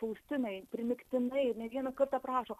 faustinai primygtinai ir ne vieną kartą prašo